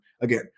Again